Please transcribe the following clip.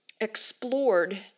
explored